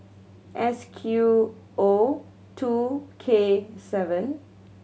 S Q O two K seven